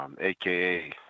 AKA